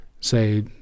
say